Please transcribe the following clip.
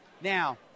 Now